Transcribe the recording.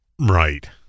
Right